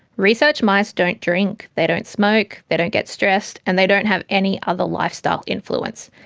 research mice don't drink, they don't smoke, they don't get stressed, and they don't have any other lifestyle influence.